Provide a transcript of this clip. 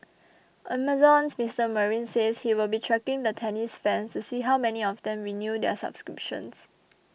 Amazon's Mister Marine says he will be tracking the tennis fans to see how many of them renew their subscriptions